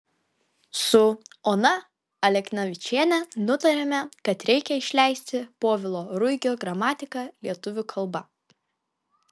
su ona aleknavičiene nutarėme kad reikia išleisti povilo ruigio gramatiką lietuvių kalba